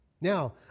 Now